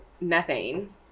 methane